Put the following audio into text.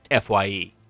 FYE